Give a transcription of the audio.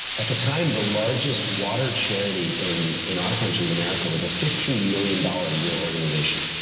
at the time, the largest water charity in in our country, in america, was a fifteen million dollars a year organization.